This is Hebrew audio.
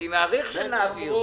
אני מעריך שנעביר.